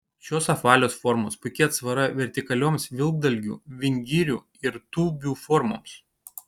šios apvalios formos puiki atsvara vertikalioms vilkdalgių vingirių ir tūbių formoms